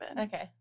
Okay